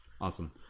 awesome